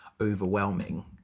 overwhelming